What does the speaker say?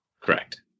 Correct